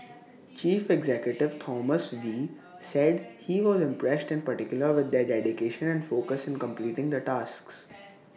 chief executive Thomas wee said he was impressed in particular with their dedication and focus in completing the tasks